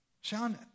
Sean